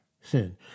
sin